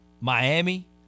Miami